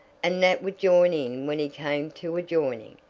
and nat would join in when he came to a joining,